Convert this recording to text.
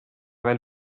veel